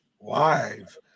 live